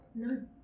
None